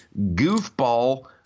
goofball